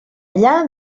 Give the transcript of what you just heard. allà